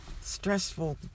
stressful